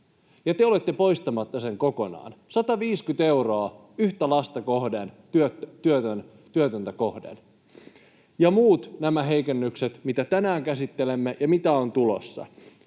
ja te olette poistamassa sen kokonaan. 150 euroa yhtä lasta kohden, työtöntä kohden. Muut heikennykset, mitä tänään käsittelemme ja mitä on tulossa: